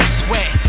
sweat